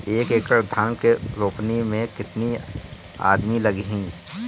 एक एकड़ धान के रोपनी मै कितनी आदमी लगीह?